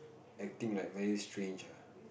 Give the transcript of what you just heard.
acting like very strange ah